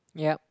yup